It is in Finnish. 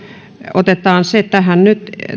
otetaan se tähän nyt